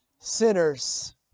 sinners